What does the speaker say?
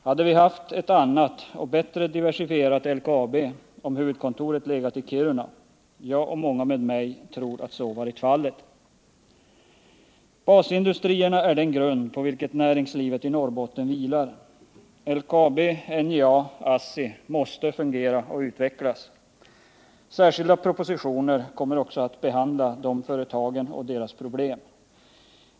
Hade vi haft ett annat och bättre diversifierat LKAB om huvudkontoret hade legat i Kiruna? Jag och många med mig tror att så hade varit fallet. Basindustrierna är den grund på vilken näringslivet i Norrbotten vilar. LKAB, NJA och ASSI måste fungera och utvecklas. Särskilda propositioner behandlar de företagen och deras problem.